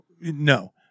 No